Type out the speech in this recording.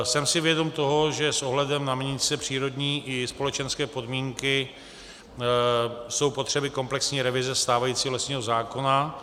Jsem si vědom toho, že s ohledem na měnící se přírodní i společenské podmínky jsou potřeby komplexní revize stávajícího lesního zákona.